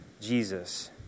Jesus